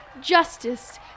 Justice